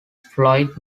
floyd